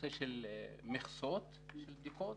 לנושא של מכסות של בדיקות?